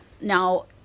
Now